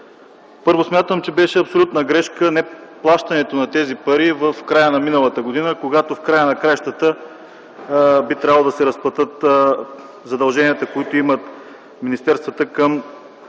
Първо, смятам, че беше абсолютна грешка неплащането на тези пари в края на миналата година, когато в края на краищата би трябвало да се разплатят задълженията, които министерствата